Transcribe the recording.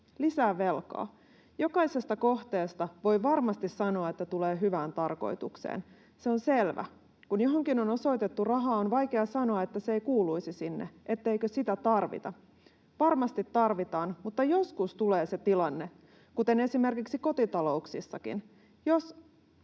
lisää velkaa. Jokaisesta kohteesta voi varmasti sanoa, että tulee hyvään tarkoitukseen, se on selvä. Kun johonkin on osoitettu rahaa, on vaikea sanoa, että se ei kuuluisi sinne, etteikö sitä tarvita. Varmasti tarvitaan, mutta joskus tulee se tilanne, kuten esimerkiksi kotitalouksissakin,